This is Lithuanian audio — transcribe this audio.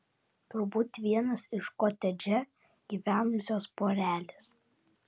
turbūt vienas iš kotedže gyvenusios porelės